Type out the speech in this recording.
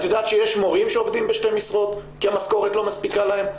את יודעת שיש מורים שעובדים בשתי משרות כי המשכורת לא מספיקה להם?